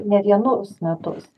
ne vienus metus